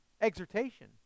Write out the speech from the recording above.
Exhortation